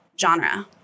genre